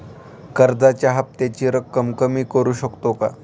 कर्जाच्या हफ्त्याची रक्कम कमी करू शकतो का?